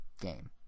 game